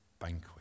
banquet